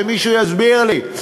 שמישהו יסביר לי.